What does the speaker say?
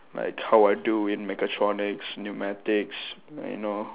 like how I do in mechatronics pneumatics and you know